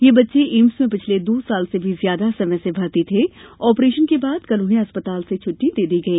ये बच्चे एम्स में पिछले दो साल से भी ज्यादा समय से भर्ती थे ऑपरेशन के बाद कल उन्हें अस्पताल से छुट्टी दे दी गई